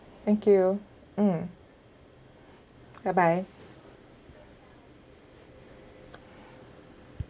thank you mm bye bye